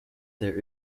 there